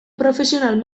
profesional